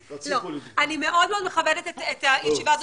אני מאוד מאוד מכבדת את הישיבה הזאת.